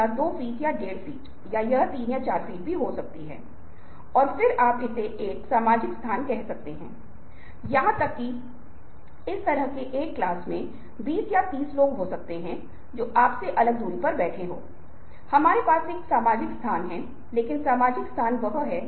तो और कमी कुछ दुर्लभ है कुछ मूल्यवान है तो इसके बारे में राजी करना आसान है